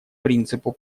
принципу